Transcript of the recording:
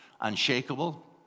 unshakable